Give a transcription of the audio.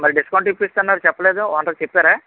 మరి డిస్కౌంట్ ఇప్పిస్తా అన్నారు చెప్పలేదు ఓనర్ కి చెప్పారా